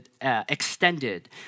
extended